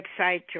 website